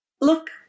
Look